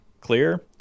clear